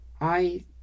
I